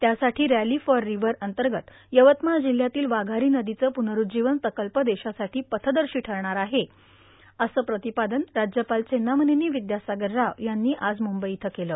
त्यासाठी rally for river अंतगत यवतमाळ जिल्ह्यातील वाघारो नदीचं प्नरुज्जीवन प्रकल्प देशासाठी पथदर्शी ठरणार आहे असं प्रातपादन राज्यपाल चेन्जामनेनी विद्यासागर राव यांनी आज मुंबई इथं केलं